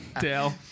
Dale